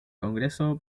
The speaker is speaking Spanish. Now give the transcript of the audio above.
congreso